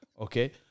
okay